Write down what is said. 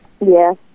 Yes